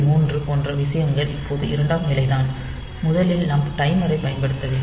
3 போன்ற விஷயங்கள் இப்போது இரண்டாம் நிலைதான் முதலில் நாம் டைமரைப் பயன்படுத்த வேண்டும்